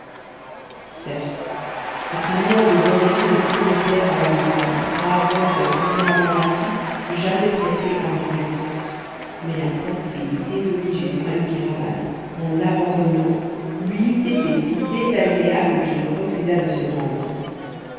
certes cette manière de voyager ne pouvait plaire à van mitten brave homme d'un tempérament rassis jamais pressé en rien mais la pensée de désobliger son ami kéraban en l'abandonnant lui eût été si désagréable qu'il refusa de se rendre